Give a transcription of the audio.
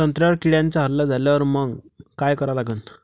संत्र्यावर किड्यांचा हल्ला झाल्यावर मंग काय करा लागन?